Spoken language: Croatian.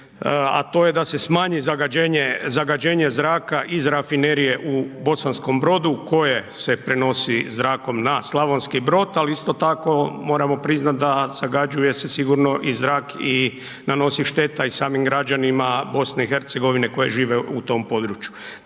a to je da se smanji zagađenje zraka iz rafinerije u Bosanskom Brodu koje se prenosi zrakom na Slavonski Brod, ali isto tako moramo priznat da zagađuje se sigurno se i zrak i nanosi šteta i samim građanima BiH koji žive u tom području.